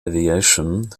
aviation